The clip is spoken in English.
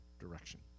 direction